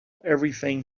everything